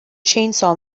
chainsaw